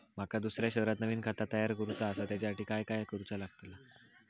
माका दुसऱ्या शहरात नवीन खाता तयार करूचा असा त्याच्यासाठी काय काय करू चा लागात?